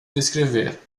descrever